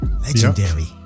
Legendary